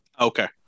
Okay